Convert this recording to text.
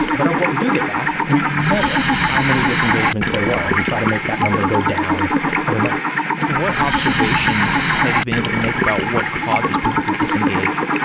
but of what we do get back, we can measure how many disengagements there were and we try to make that number go down every month what observations have you been able to make about what causes people to disengage?